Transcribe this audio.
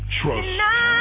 Trust